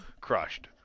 crushed